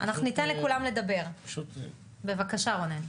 אנחנו ניתן לכולם לדבר, בבקשה רונן.